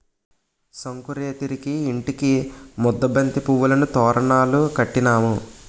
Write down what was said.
సంకురేతిరికి ఇంటికి ముద్దబంతి పువ్వులను తోరణాలు కట్టినాము